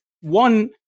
One